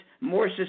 more